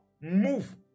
move